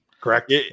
Correct